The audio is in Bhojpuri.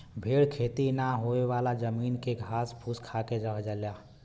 भेड़ खेती ना होयेवाला जमीन के घास फूस खाके रह लेला